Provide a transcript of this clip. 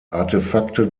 artefakte